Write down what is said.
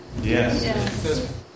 Yes